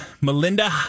Melinda